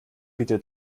bitte